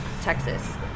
Texas